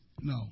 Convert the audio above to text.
No